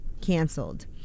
canceled